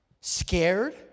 Scared